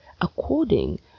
according